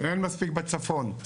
אין מספיק בצפון,